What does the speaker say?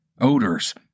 odors